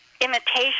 imitation